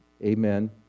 Amen